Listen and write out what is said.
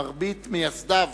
מרבית מייסדיו